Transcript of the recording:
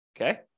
Okay